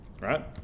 right